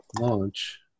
launch